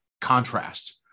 contrast